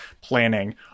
planning